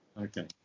okay